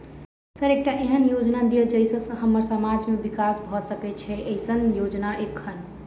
Sir एकटा एहन योजना दिय जै सऽ हम्मर समाज मे विकास भऽ सकै छैय एईसन योजना एखन?